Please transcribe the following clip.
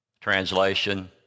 Translation